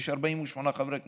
יש 48 חברי כנסת.